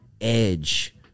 edge